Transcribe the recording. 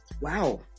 Wow